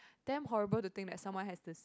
damn horrible to think that someone has to